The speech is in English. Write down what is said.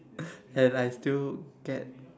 and I still get